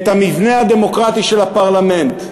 את המבנה הדמוקרטי של הפרלמנט,